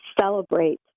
celebrate